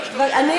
אז הנה,